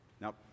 Now